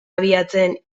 abiatzen